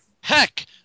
Heck